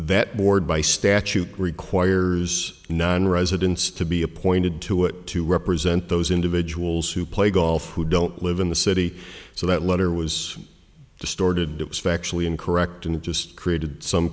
that board by statute requires nine residents to be appointed to it to represent those individuals who play golf who don't live in the city so that letter was distorted it was factually incorrect and just created some